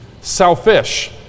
Selfish